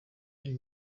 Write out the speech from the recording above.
ibi